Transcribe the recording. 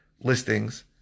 listings